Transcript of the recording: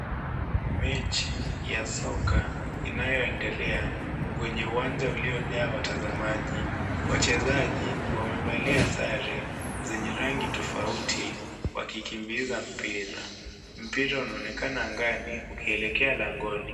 Mechi ya soka inayoendelea kwenye uwanja uliojaa watazamaji. Wachezaji wamevalia sare zenye rangi tofauti wakikimbiza mpira. Mpira unaonekana angani ukielekea langoni.